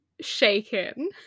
shaken